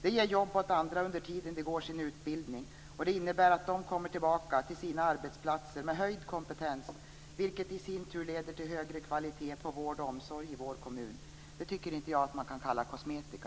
Det ger jobb åt andra under tiden de går sin utbildning, och det innebär att de kommer tillbaka till sina arbetsplatser med höjd kompetens, vilket i sin tur leder till högre kvalitet på vård och omsorg i vår kommun. Det tycker inte jag att man kan kalla kosmetika.